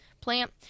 plant